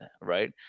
right